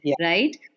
right